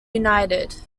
united